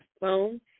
phone